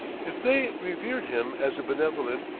if they revered him as a benevolent,